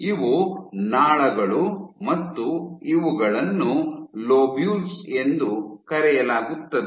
ಇವು ನಾಳಗಳು ಮತ್ತು ಇವುಗಳನ್ನು ಲೋಬ್ಯುಲ್ಸ್ ಎಂದು ಕರೆಯಲಾಗುತ್ತದೆ